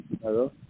Hello